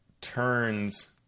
turns